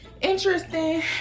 interesting